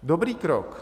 Dobrý krok.